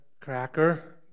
cracker